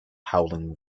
howling